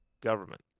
government